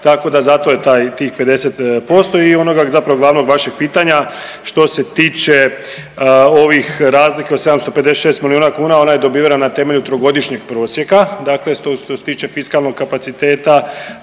tako da zato je taj, tih 50%. I onoga zapravo glavnog vašeg pitanja što se tiče ovih razlika od 756 milijuna kuna, ona je dobivena na temelju 3-godišnjeg prosjeka, dakle to je što se tiče fiskalnog kapaciteta